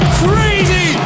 crazy